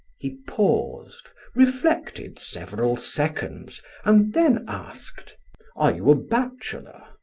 he paused, reflected several seconds and then asked are you a bachelor?